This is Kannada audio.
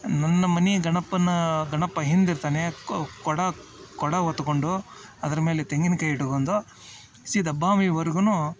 ನನ್ನ ಮನೆ ಗಣಪನ್ನ ಗಣಪ ಹಿಂದೆ ಇರ್ತಾನೆ ಕೊಡ ಕೊಡ ಹೊತ್ಕೊಂಡು ಅದ್ರ ಮೇಲೆ ತೆಂಗಿನ್ಕಾಯಿ ಇಟ್ಕೊಂದು ಸೀದಾ ಬಾವಿವರ್ಗು